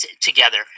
together